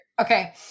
Okay